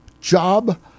job